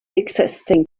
existing